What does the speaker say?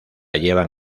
llevan